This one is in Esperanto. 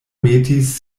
metis